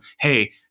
hey